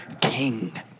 king